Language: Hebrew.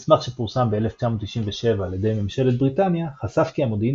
מסמך שפורסם ב-1997 על ידי ממשלת בריטניה חשף כי המודיעין